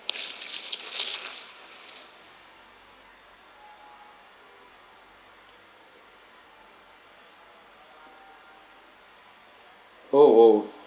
oh oh